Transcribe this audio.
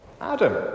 Adam